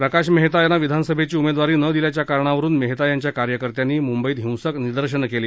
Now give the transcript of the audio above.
प्रकाश मेहता यांना विधानसभेची उमेदवारी न दिल्याच्या कारणावरून मेहता यांच्या कार्यकर्त्यांनी मुंबईत हिंसक निदर्शनं केली